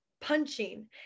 punching